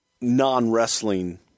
non-wrestling